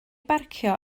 barcio